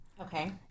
Okay